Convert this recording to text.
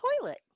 toilet